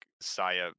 Saya